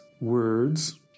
words